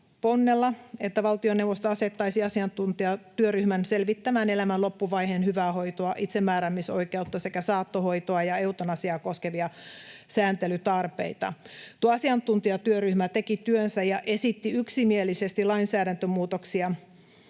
että valtioneuvosto asettaisi asiantuntijatyöryhmän selvittämään elämän loppuvaiheen hyvää hoitoa, itsemääräämisoikeutta sekä saattohoitoa ja eutanasiaa koskevia sääntelytarpeita. Tuo asiantuntijatyöryhmä teki työnsä ja esitti yksimielisesti lainsäädäntömuutoksien